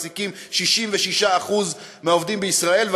מעסיקים 66% מהעובדים בישראל,